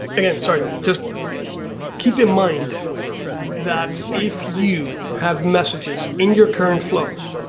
again sorry, just keep in mind that if you have messages in your current flows,